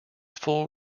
full